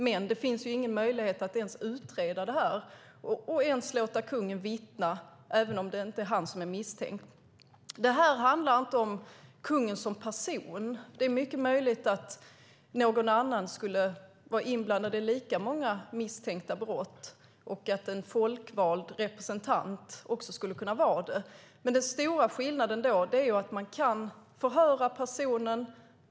Men det finns ingen möjlighet att ens utreda det här eller att ens låta kungen vittna, även om det inte är han som är misstänkt. Det här handlar inte om kungen som person. Det är mycket möjligt att någon annan skulle kunna vara inblandad i lika många misstankar om brott och att en folkvald representant också skulle kunna vara det. Men den stora skillnaden då är att man kan förhöra personen.